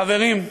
חברים,